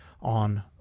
on